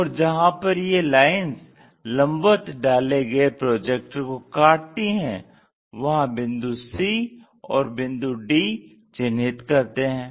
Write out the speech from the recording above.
और जहां पर ये लाइन्स लम्बवत डाले गए प्रोजेक्टर को काटती हैं वहां बिंदु c और बिंदु d चिन्हित करते हैं